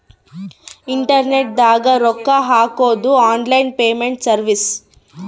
internet ದಾಗ ರೊಕ್ಕ ಹಾಕೊದು ಆನ್ಲೈನ್ ಪೇಮೆಂಟ್ ಸರ್ವಿಸ್